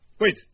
Wait